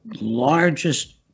largest